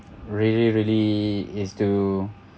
really really is to